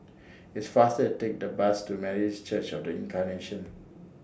It's faster Take The Bus to Methodist Church of The Incarnation